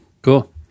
Cool